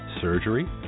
surgery